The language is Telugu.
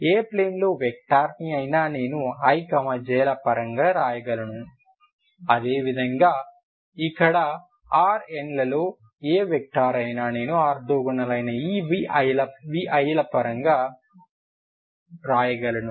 ఏ ప్లేన్ లో వెక్టర్ ని అయినా నేను i j ల పరంగా వ్రాయగలను అదే విధంగా ఇక్కడ Rnలో ఏ వెక్టర్ అయినా నేను ఆర్తోగోనల్ అయిన ఈ vi ల పరంగా వ్రాయగలను